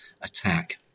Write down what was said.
attack